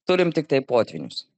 turim tiktai potvynius